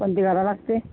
कोणती घालावी लागते